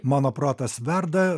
mano protas verda